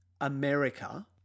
America